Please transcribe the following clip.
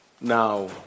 Now